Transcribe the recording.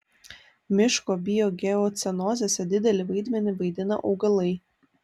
miško biogeocenozėse didelį vaidmenį vaidina augalai